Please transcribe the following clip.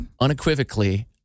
Unequivocally